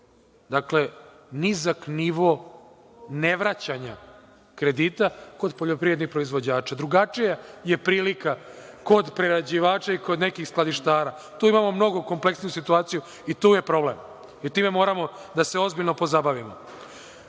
Dakle, nizak nivo ne vraćanja kredita kod poljoprivrednih proizvođača. Drugačija je prilika kod prerađivača i kod nekih skladištara. Tu imamo mnogo kompleksniju situaciju i tu je problem. Time moramo da se ozbiljno pozabavimo. Ono